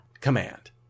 command